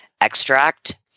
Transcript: extract